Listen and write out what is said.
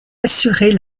assurer